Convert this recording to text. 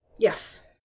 Yes